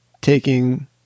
taking